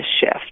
shift